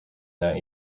that